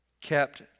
Kept